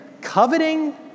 Coveting